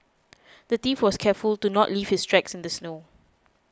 the thief was careful to not leave his tracks in the snow